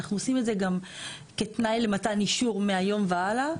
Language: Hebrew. אנחנו עושים את זה גם כתנאי למתן אישור מהיום והלאה.